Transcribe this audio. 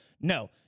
No